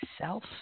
self